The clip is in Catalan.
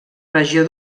regió